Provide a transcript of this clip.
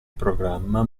programma